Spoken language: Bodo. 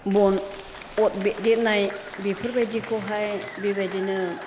बन अर बेददेरनाय बेफोरबायदिखौहाय बेबायदिनो